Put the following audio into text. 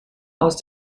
aus